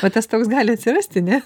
va tas toks gali atsirasti ne